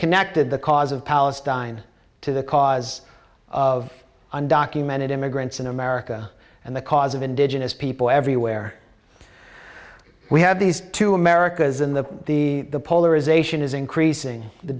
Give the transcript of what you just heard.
connected the cause of palestine to the cause of undocumented immigrants in america and the cause of indigenous people everywhere we have these two americas in the the the polarization is increasing the